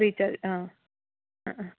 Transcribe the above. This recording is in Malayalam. റീചാർജ് ആ ആ